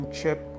Chip